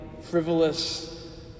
frivolous